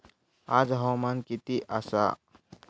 आज हवामान किती आसा?